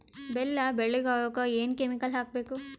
ಬೆಲ್ಲ ಬೆಳಗ ಆಗೋಕ ಏನ್ ಕೆಮಿಕಲ್ ಹಾಕ್ಬೇಕು?